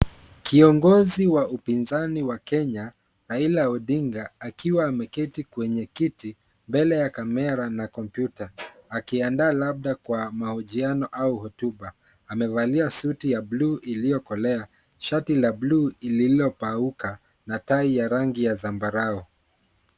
Kiongozi wa upinzani wa Kenya Raila Odinga akiwa ameketia kwenye kiti mbele na kamera ya kompyuta, akiandaa labda kwa mahojiano au hotuba, amevalia suti ya buluu ambayo imekolea shati la buluu lililopauka, tai ya rangi ya zambarau.